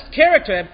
character